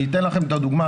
אני אתן לכם דוגמה.